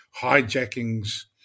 hijackings